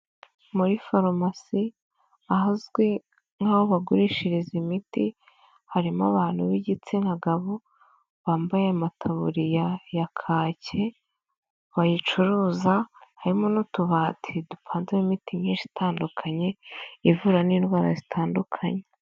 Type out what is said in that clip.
Muri farumasi ahazwi nk'aho bagurishiriza imiti harimo abantu b'igitsina gabo bambaye amataburiya ya kake, bayicuruza harimo n'utubati duvanzeho imiti myinshi itandukanye ivura n'indwara zitandukanye.